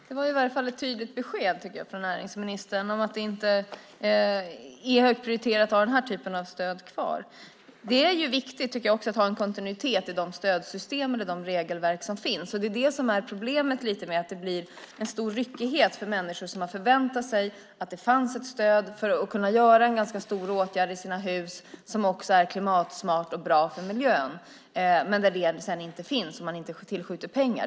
Herr talman! Det var ett tydligt besked från näringsministern att det inte är högprioriterat att ha den typen av stöd kvar. Det är viktigt att ha en kontinuitet i de stödsystem och regelverk som finns. Problemet är att det blir en stor ryckighet för människor som har förväntat sig att det finns ett stöd för att vidta en stor åtgärd i sina hus som också är klimatsmart och bra för miljön, men sedan finns inte stödet om inte pengar skjuts till.